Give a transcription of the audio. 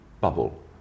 bubble